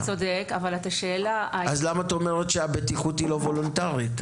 אז למה את אומרת שהבטיחות היא לא וולונטרית?